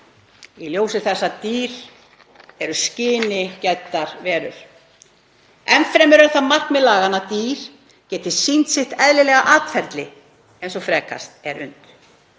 í ljósi þess að dýr eru skyni gæddar verur.“ Enn fremur er markmið laganna að dýr geti sýnt sitt eðlilega atferli eins og frekast er unnt.